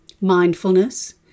mindfulness